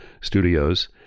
studios